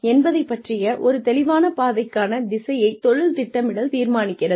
என்பதை பற்றிய ஒரு தெளிவான பாதைக்கான திசையைத் தொழில் திட்டமிடல் தீர்மானிக்கிறது